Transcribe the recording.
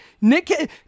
Nick